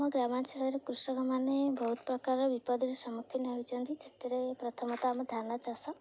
ଆମ ଗ୍ରାମାଞ୍ଚଳରେ କୃଷକମାନେ ବହୁତ ପ୍ରକାରର ବିପଦରେ ସମ୍ମୁଖୀନ ହେଉଛନ୍ତି ସେଥିରେ ପ୍ରଥମତଃ ଆମ ଧାନ ଚାଷ